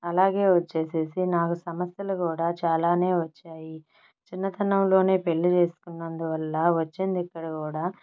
అలాగే వచ్చేసేసి నాకు సమస్యలు కూడా చాలానే వచ్చాయి చిన్నతనంలోనే పెళ్లి చేసుకున్నందు వల్ల వచ్చింది ఇక్కడ కూడా